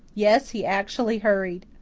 yes, he actually hurried.